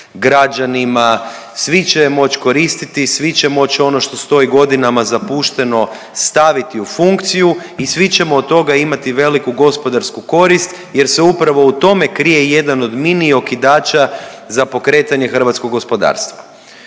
građanima, svi će je moć koristiti, svi će moć ono što stoji godinama zapušteno staviti u funkciju i svi ćemo od toga imati veliku gospodarsku korist jer se upravo u tome krije jedan od mini okidača za pokretanje hrvatskog gospodarstva.